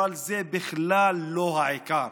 אבל זה בכלל לא העיקר.